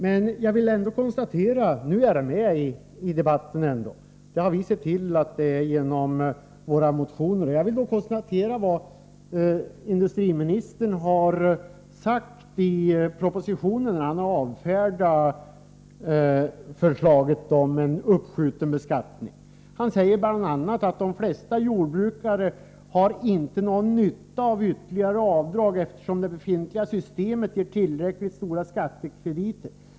Men jag vill ändå konstatera att den frågan nu är uppe i debatten —- det har vi sett till genom våra motioner. Och jag vill notera vad finansministern har sagt i propositionen när han avfärdar förslaget om uppskjuten beskattning. Han säger bl.a.: ”De flesta jordbrukare har inte någon nytta av ett ytterligare avdrag eftersom det befintliga systemet ger tillräckligt stora skattekrediter.